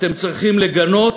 אתם צריכים לגנות,